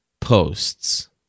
posts